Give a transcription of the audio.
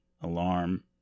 Alarm